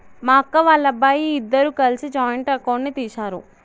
మా అక్క, వాళ్ళబ్బాయి ఇద్దరూ కలిసి జాయింట్ అకౌంట్ ని తీశారు